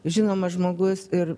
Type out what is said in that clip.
žinomas žmogus ir